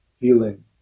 feeling